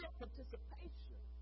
participation